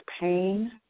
pain